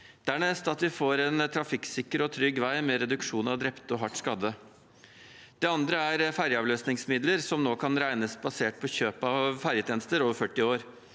dernest at vi får en trafikksikker og trygg vei, med reduksjon av antall drepte og hardt skadde. Det andre er ferjeavløsningsmidler, som nå kan regnes basert på kjøp av ferjetjenester over 40 år.